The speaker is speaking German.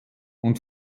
und